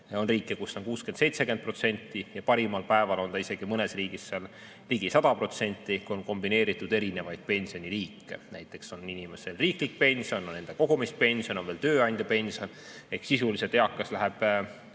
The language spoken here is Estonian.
On riike, kus see on 60–70%, ja parimatel päevadel on see mõnes riigis isegi ligi 100%, kui on kombineeritud erinevaid pensioniliike. Näiteks on inimesel riiklik pension, on enda kogumispension ja veel tööandjapension. Sisuliselt läheb